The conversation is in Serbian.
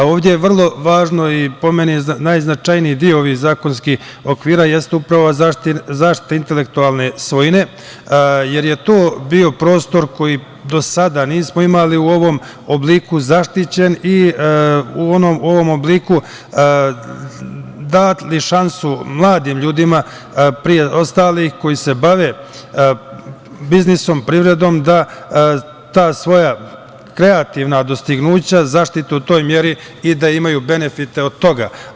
Ovde je vrlo važno, po meni, i najznačajniji deo ovih zakonskih okvira jeste upravo zaštita intelektualne svojine, jer je to bio prostor koji do nismo imali u ovom obliku zaštićen i u ovom obliku dati šansu mladim ljudima, pre ostalih, koji se bave biznisom, privredom, da ta svoja kreativna dostignuća zaštite u toj meri i da imaju benefite pre toga.